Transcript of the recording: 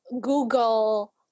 Google